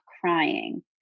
crying